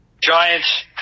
Giants